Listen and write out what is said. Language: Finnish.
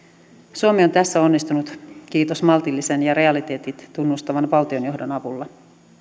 suomi on tässä onnistunut maltillisen ja realiteetit tunnustavan valtionjohdon avulla